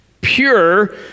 Pure